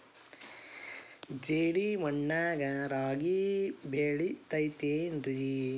ಜೇಡಿ ಮಣ್ಣಾಗ ರಾಗಿ ಬೆಳಿತೈತೇನ್ರಿ?